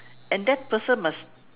and that person must